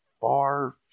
far